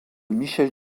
michel